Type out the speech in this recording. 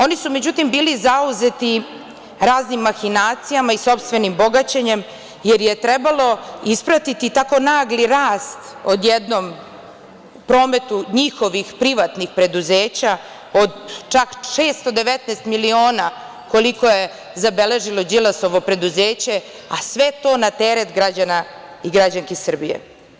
Oni su, međutim, bili zauzeti raznim mahinacijama i sopstvenim bogaćenjem, jer je trebalo ispratiti tako nagli rast odjednom u prometu njihovih privatnih preduzeća od čak 619 milina, koliko je zabeležilo Đilasovo preduzeće, a sve to na teret građana i građanki Srbije.